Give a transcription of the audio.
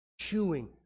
chewing